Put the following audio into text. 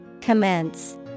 Commence